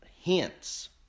hints